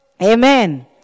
Amen